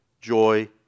joy